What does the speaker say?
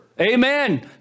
Amen